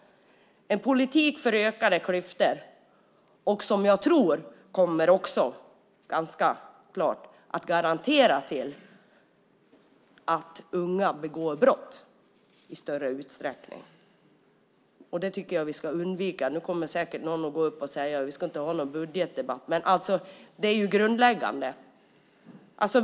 Det är en politik för ökade klyftor, och jag tror att den kommer att leda till att unga i större utsträckning begår brott. Det tycker jag att vi ska undvika. Nu kommer säkert någon att gå upp och säga att vi inte ska ha någon budgetdebatt. Men detta är grundläggande.